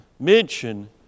Mention